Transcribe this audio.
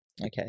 Okay